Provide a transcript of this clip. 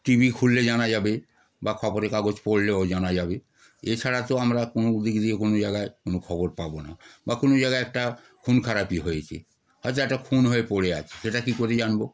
T V খুললে জানা যাবে বা খবরের কাগজ পড়লেও জানা যাবে এছাড়া তো আমরা কোনো দিক দিয়ে কোনো জায়গায় কোনো খবর পাব না বা কোনো জায়গায় একটা খুন খারাপি হয়েছে হয়তো একটা খুন হয়ে পড়ে আছে সেটা কী করে জানব